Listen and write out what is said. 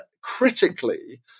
critically